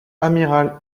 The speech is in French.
amiral